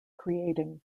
creating